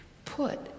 put